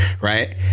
right